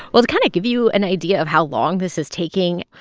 well, to kind of give you an idea of how long this is taking,